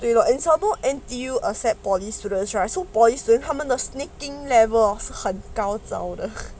对 lor and some more N_T_U accept polytechnic students right so polytechnic student 他们的 sneaking level 很高招的